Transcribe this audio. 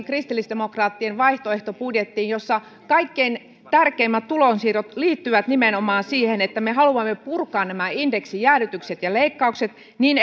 kristillisdemokraattien vaihtoehtobudjettiin jossa kaikkein tärkeimmät tulonsiirrot liittyvät nimenomaan siihen että me haluamme purkaa nämä indeksijäädytykset ja leikkaukset niin